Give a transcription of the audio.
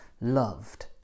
loved